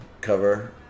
cover